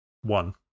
One